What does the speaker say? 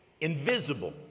invisible